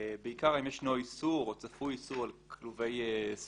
בעיקר האם יש איסור או צפוי איסור על כלובי סוללה,